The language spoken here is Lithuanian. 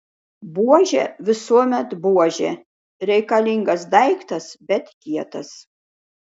buožė visuomet buožė reikalingas daiktas bet kietas